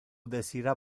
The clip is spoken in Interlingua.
desira